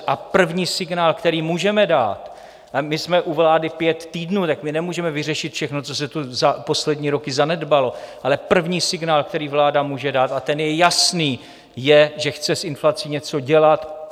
A první signál, který můžeme dát a my jsme u vlády pět týdnů, tak nemůžeme vyřešit všechno, co se tu za poslední roky zanedbalo ale první signál, který vláda může dát, a ten je jasný je, že chce s inflací něco dělat.